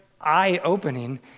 eye-opening